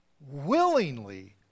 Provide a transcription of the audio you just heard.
willingly